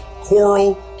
Coral